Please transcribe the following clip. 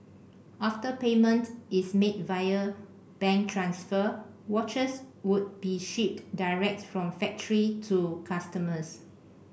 after payment is made via bank transfer watches would be shipped direct from the factory to customers